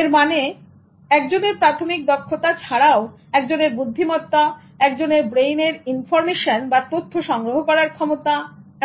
এর মানে একজনের প্রাথমিক দক্ষতা ছাড়াও একজনের বুদ্ধিমত্তা একজনের ব্রেইনের ইনফরমেশনতথ্য সংগ্রহ করার ক্ষমতা